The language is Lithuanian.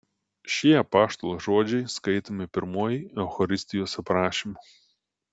šie apaštalo žodžiai skaitomi pirmuoju eucharistijos aprašymu